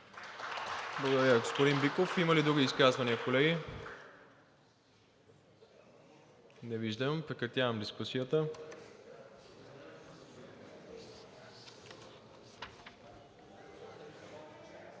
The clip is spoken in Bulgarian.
Благодаря, господин Биков. Има ли други изказвания, колеги? Не виждам. Прекратявам дискусията.